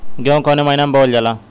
गेहूँ कवने महीना में बोवल जाला?